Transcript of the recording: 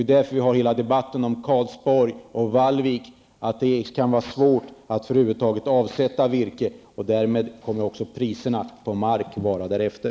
Anledningen till debatten om Karlsborg och Vallvik är att det kan vara svårt att över huvud taget avsätta virke, och därmed kommer också priserna på mark att vara därefter.